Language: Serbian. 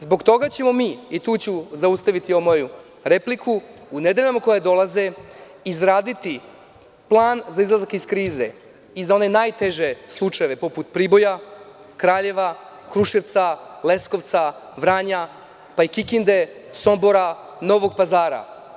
Zbog toga ćemo mi, i tu ću zaustaviti ovu moju repliku, u nedeljama koje dolaze izraditi plan za izlazak iz krize i za one najteže slučajeve, poput Priboja, Kraljeva, Kruševca, Leskovca, Vranja, pa i Kikinde, Sombora, Novog Pazara.